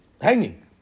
Hanging